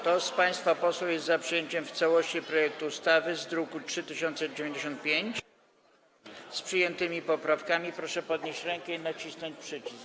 Kto z państwa posłów jest za przyjęciem w całości projektu ustawy z druku nr 3095, wraz z przyjętymi poprawkami, proszę podnieść rękę i nacisnąć przycisk.